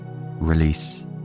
release